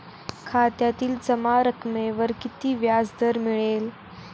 खात्यातील जमा रकमेवर किती व्याजदर मिळेल?